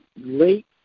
late